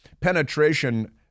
Penetration